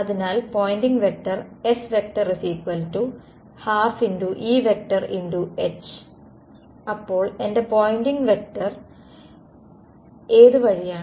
അതിനാൽ Poynting vector S12 EH അപ്പോൾ എന്റെ പോയിൻറിംഗ് വെക്റ്റർ ഏത് വഴിയാണ്